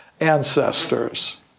ancestors